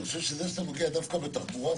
אני חושב שזה שאתה נוגע דווקא בתחבורה,